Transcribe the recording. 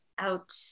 out